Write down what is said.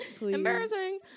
Embarrassing